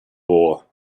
war